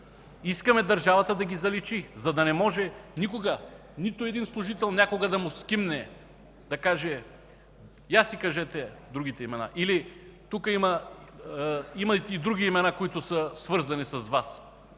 Искаме държавата да ги заличи, за да не може никога на нито на един служител някога да му скимне да каже: „Я си кажете другите имена или имате и други имена, които са свързани с Вас”.